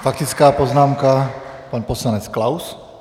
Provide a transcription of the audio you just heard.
Faktická poznámka pan poslanec Klaus.